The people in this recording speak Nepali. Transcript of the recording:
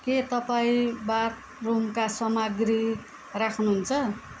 के तपाईँ बाथरुमका सामग्री राख्नुहुन्छ